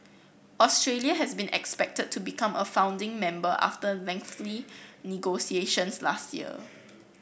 Australia has been expected to become a founding member after lengthy negotiations last year